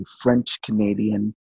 French-Canadian